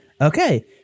okay